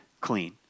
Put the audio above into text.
clean